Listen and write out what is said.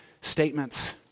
statements